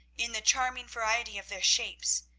in the charming variety of their shapes,